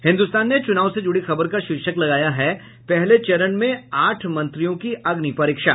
हिन्दुस्तान ने चुनाव से जुड़ी खबर का शीर्षक लगाया है पहले चरण में आठ मंत्रियों की अग्नि परीक्षा